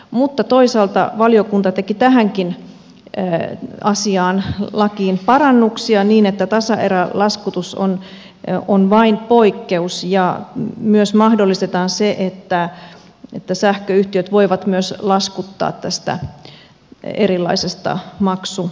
mutta toisaalta valiokunta teki tähänkin asiaan lakiin parannuksia niin että tasaerälaskutus on vain poikkeus ja myös mahdollistetaan se että sähköyhtiöt voivat myös laskuttaa tästä erilaisesta maksutavasta